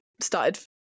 started